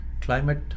climate